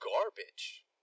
garbage